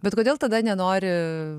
bet kodėl tada nenori